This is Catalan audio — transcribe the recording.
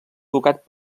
educat